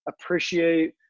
appreciate